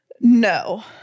No